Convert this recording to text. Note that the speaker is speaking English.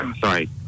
sorry